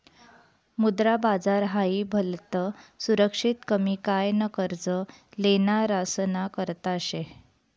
मुद्रा बाजार हाई भलतं सुरक्षित कमी काय न कर्ज लेनारासना करता शे